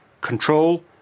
control